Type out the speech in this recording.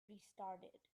restarted